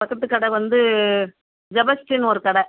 பக்கத்து கடை வந்து ஜபஸ்ட்டீன்னு ஒரு கடை